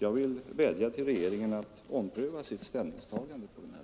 Jag vädjar till regeringen att ompröva sitt ställningstagande på den 85